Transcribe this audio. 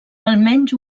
almenys